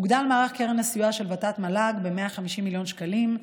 הוגדל מערך קרן הסיוע של ות"ת-מל"ג ב-150 מיליון שקלים,